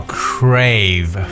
crave